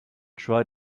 try